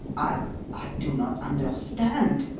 i i do not understand,